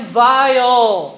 vile